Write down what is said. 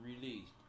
released